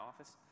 office